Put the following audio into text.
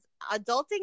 adulting